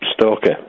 stalker